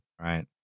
right